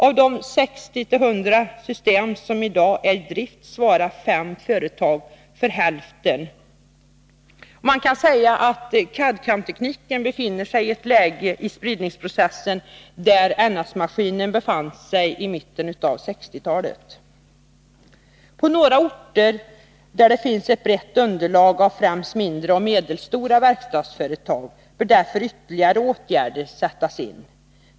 Av de 60-100 system som i dag är i drift svarar fem företag för hälften. Man kan säga att CAD/CAM-tekniken befinner sig i det läge i spridningsprocessen där NS-maskinen befann sig i mitten av 1960-talet. På några orter där det finns ett brett underlag av främst mindre och medelstora verkstadsföretag bör därför ytterligare åtgärder sättas in.